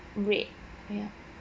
break ya